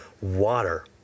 water